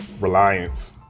Reliance